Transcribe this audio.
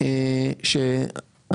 על ריביות ועל הטבות של המועדונים,